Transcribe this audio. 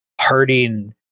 hurting